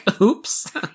oops